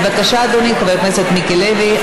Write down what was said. בבקשה, אדוני, חבר הכנסת מיקי לוי.